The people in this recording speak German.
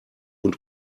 und